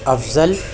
افضل